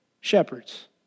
shepherds